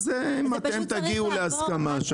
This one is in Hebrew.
אז אתם יכולים להגיע שם להסכמה.